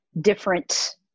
different